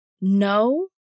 No